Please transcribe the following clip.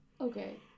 Okay